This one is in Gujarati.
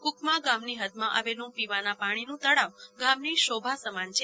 કુકમા ગામની હદમાં આવેલું પીવાના પાણીનું તળાવ ગામની શોભા છે